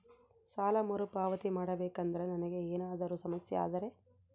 ಸಾಲ ಮರುಪಾವತಿ ಮಾಡಬೇಕಂದ್ರ ನನಗೆ ಏನಾದರೂ ಸಮಸ್ಯೆ ಆದರೆ?